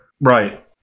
Right